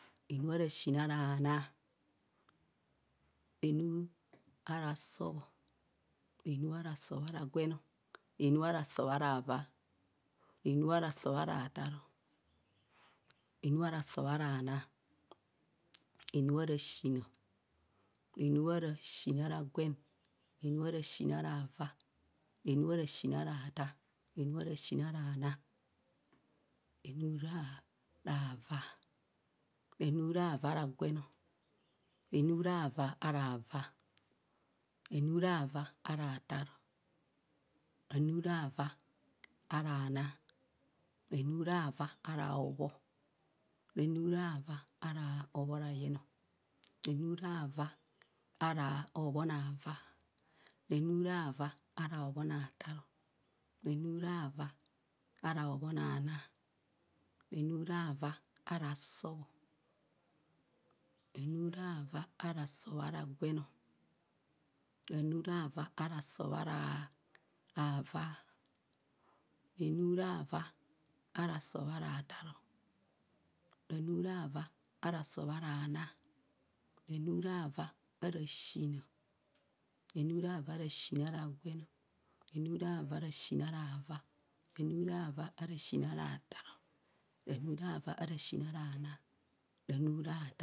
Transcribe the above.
Renu ara siin ara naa, renu ara sọb renu ara sọb ara gwen renu ara siin ara vaa, renu ara siin ara taaro renu ara siin ara nuu ranu ra vaa ranu ravaa ara gweno, ranu rava are awa, renu rava ara taaro ranh rava ara naa ranu ara va ara hobho renu rava ara hobho rayen ranh rava ara hobho are hobho na vaa, ranu ara vaa ara hobho na taa, ranu ra vaa ara sọbranh rava ara sọb ara gwen, ranu rava aro sọb ara avaa, ranu ra vaa ara sọb ara taa ranu ra vaa are sọb ara naa, ranu ravaa ara siin, ranu ravaa ara siin ara gwen, ranu ravaa ara siin ara vaa, ranu ra vaa ara siin ara taa, ranu arvaa ara siin ara naa, reni ara sinn ara naa.